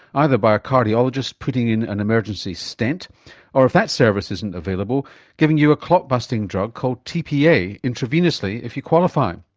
either by a cardiologist putting in an emergency stent or, if that service isn't available, by giving you a clot busting drug called tpa intravenously if you qualify.